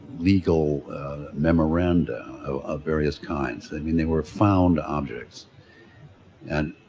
legal memoranda of various kinds. i mean they were found objects and